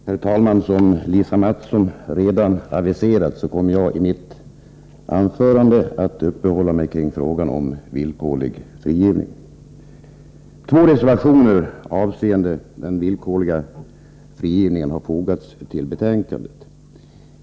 Herr talman! Som Lisa Mattson redan aviserat kommer jag i mitt anförande att uppehålla mig vid frågan om villkorlig frigivning. Två reservationer avseende den villkorliga frigivningen har fogats till betänkandet.